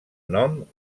nom